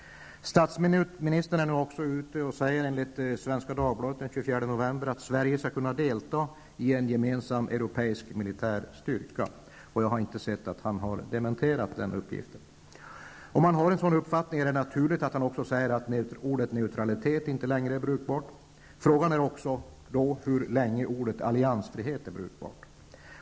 Statsministern är nu också ute och säger enligt Svenska Dagbladet den 24 november att ''Sverige ska kunna delta i en gemensam europeisk militär styrka'', och jag har inte sett att han har dementerat den uppgiften. Om han har en sådan uppfattning, är det naturligt att han också säger att ordet neutralitet inte längre är brukbart. Frågan är då hur länge ordet alliansfrihet är brukbart.